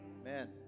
Amen